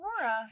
Aurora